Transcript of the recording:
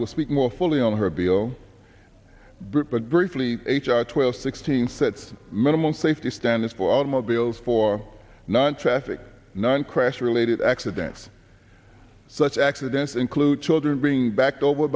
will speak more fully on her bill but briefly h r twelve sixteen sets minimum safety standards for automobiles for non traffic non crash related accidents such accidents include children being backed over